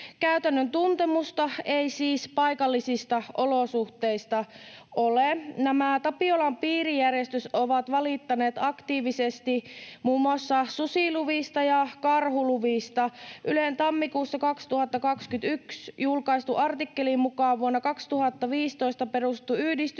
Käytännön tuntemusta ei siis paikallisista olosuhteista ole. Nämä Tapiolan piirijärjestöt ovat valittaneet aktiivisesti muun muassa susiluvista ja karhuluvista. Ylen tammikuussa 2021 julkaiseman artikkelin mukaan vuonna 2015 perustettu yhdistys